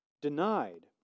denied